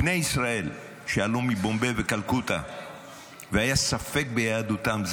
בני ישראל שעלו מבומביי וכלכותה והיה ספק ביהדותם,